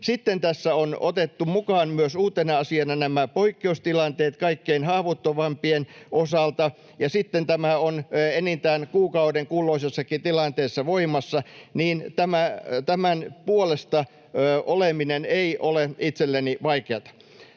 sitten tässä on otettu mukaan myös uutena asiana nämä poikkeustilanteet kaikkein haavoittuvimpien osalta ja sitten tämä on enintään kuukauden kulloisessakin tilanteessa voimassa, niin tämän puolesta oleminen ei ole itselleni vaikeata.